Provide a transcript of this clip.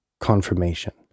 confirmation